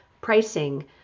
pricing